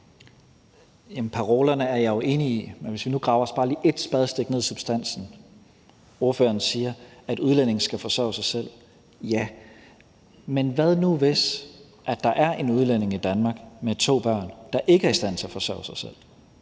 Parolerne er jeg jo enig i, men lad os nu bare grave os ét spadestik dybere ned i substansen. Ordføreren siger, at udlændinge skal forsørge sig selv. Ja, men hvad nu hvis der er en udlænding i Danmark med to børn, der ikke er i stand til at forsørge sig selv?